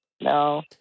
no